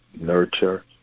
nurture